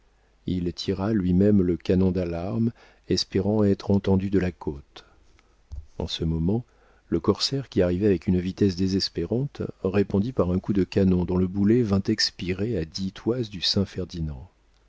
il tira lui-même le canon d'alarme espérant être entendu de la côte en ce moment le corsaire qui arrivait avec une vitesse désespérante répondit par un coup de canon dont le boulet vint expirer à dix toises du